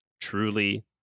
truly